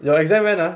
your exam ah